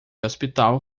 hospital